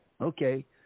Okay